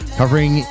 covering